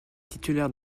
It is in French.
titulaire